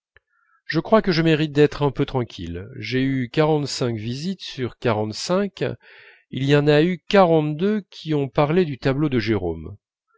je crois que je mérite d'être un peu tranquille j'ai eu quarante-cinq visites et sur quarante-cinq il y en a eu quarante-deux qui ont parlé du tableau de gérôme